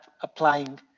applying